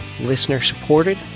listener-supported